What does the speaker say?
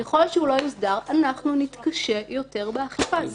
אנחנו נתקשה יותר באכיפה.